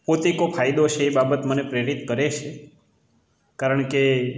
પોતિકો ફાયદો છે એ બાબત મને પ્રેરિત કરે છે કારણ કે